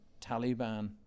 Taliban